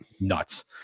nuts